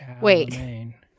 Wait